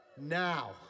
Now